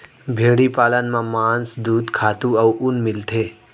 भेड़ी पालन म मांस, दूद, खातू अउ ऊन मिलथे